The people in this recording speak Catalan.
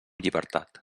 llibertat